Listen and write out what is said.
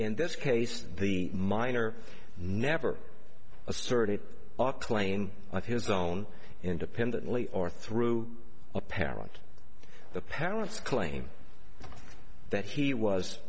in this case the minor never asserted claim of his own independently or through a parent the parents claim that he was